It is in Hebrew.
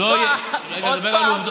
עוד פעם פלסטין?